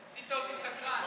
עשית אותי סקרן.